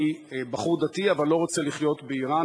אני בחור דתי, אבל לא רוצה לחיות באירן.